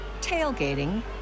tailgating